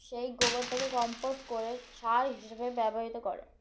সেই গোবরটাকে কম্পোস্ট করে সার হিসেবে ব্যবহৃত করে